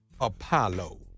Apollo